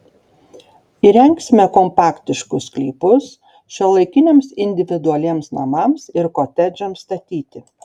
įrengsime kompaktiškus sklypus šiuolaikiniams individualiems namams ir kotedžams statyti